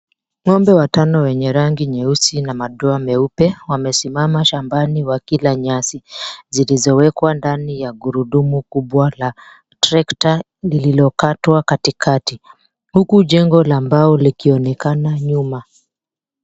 Ng'ombe watano wenye rangi nyeusi na madoa meupe wamesimama shambani wakila nyasi zilizowekwa ndani ya gurudumu kubwa la trekta lililokatwa katikati huku jengo la mbao likionekana nyuma.